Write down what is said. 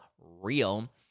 real